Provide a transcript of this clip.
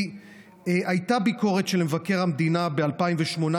כי הייתה ביקורת של מבקר המדינה ב-2018,